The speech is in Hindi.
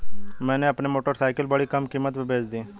मैंने अपनी मोटरसाइकिल बड़ी कम कीमत में बेंच दी